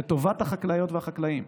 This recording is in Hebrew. לטובת החקלאיות והחקלאים.